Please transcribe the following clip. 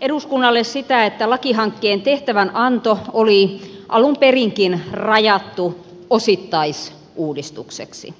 eduskunnalle sitä että lakihankkeen tehtävänanto oli alun perinkin rajattu osittaisuudistukseksi